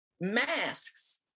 Masks